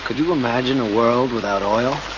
you imagine a world without oil?